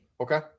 okay